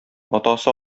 атасы